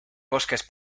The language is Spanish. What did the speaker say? bosques